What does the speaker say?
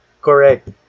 Correct